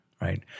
right